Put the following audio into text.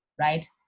right